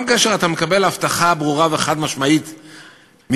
גם כאשר אתה מקבל הבטחה ברורה וחד-משמעית מביבי,